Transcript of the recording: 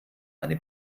eine